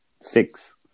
Six